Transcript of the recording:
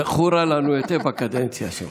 זכורה לנו היטב הקדנציה שלך.